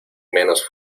menos